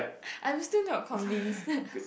I'm still not convinced